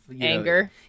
anger